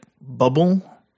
bubble